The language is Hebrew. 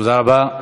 תודה רבה.